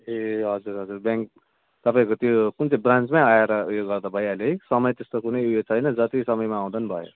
ए हजुर हजुर ब्याङ्क तपाईँको त्यो कुन चाहिँ ब्रान्चमै आएर उयो गर्दा भइहाल्यो है समय त्यस्तो कुनै उयो छैन जति समयमा आउँदा नि भयो